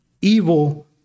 evil